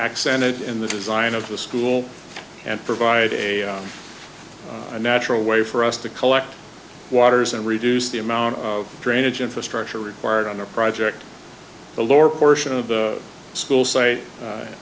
accented in the design of the school and provide a natural way for us to collect waters and reduce the amount of drainage infrastructure required on the project the lower portion of the school site